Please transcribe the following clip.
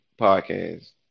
podcast